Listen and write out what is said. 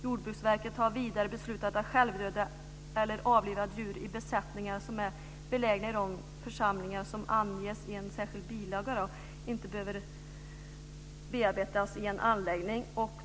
Jordbruksverket har vidare beslutat att självdöda eller avlivade djur i besättningar som är belägna i de församlingar som anges i en särskild bilaga inte behöver bearbetas i en anläggning.